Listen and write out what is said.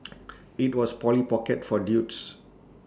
IT was Polly pocket for dudes